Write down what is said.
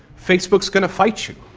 facebook is going to fight you,